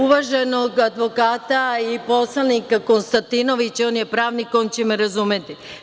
Uvaženog advokata i poslanika Konstantinovića, on je pravnik, on će me razumeti.